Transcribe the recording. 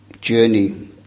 journey